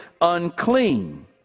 unclean